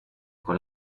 con